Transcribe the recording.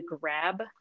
grab